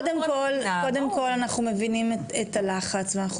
קודם כל אנחנו מבינים את הלחץ ואנחנו